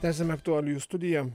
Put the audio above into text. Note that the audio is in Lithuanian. tęsiame aktualijų studiją